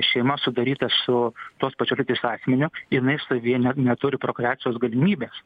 šeima sudaryta su tos pačios lyties asmeniu jinai savyje ne neturi prokreacijos galimybės